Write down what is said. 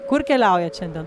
kur keliaujat šiandien